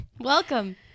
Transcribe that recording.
Welcome